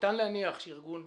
ניתן להניח שארגון בצלם,